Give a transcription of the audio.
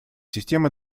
системы